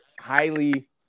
highly